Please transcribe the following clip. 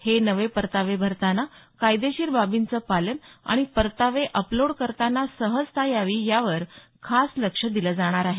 हे नवे परतावे भरताना कायदेशीर बाबींचं पालन आणि परतावे अपलोड करताना सहजता यावी यावर खास लक्ष दिलं जाणार आहे